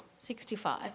65